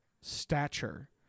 stature